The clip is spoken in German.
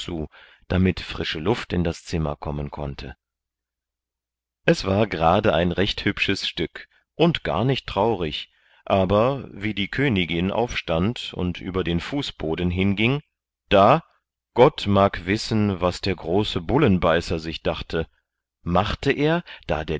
damit frische luft in das zimmer kommen konnte es war gerade ein recht hübsches stück und gar nicht traurig aber wie die königin aufstand und über den fußboden hinging da gott mag wissen was der große bullenbeißer sich dachte machte er da